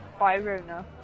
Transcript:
Byrona